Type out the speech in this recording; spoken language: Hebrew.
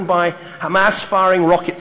אנו מצויים במהלכו של משא-ומתן מול הפלסטינים,